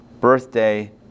birthday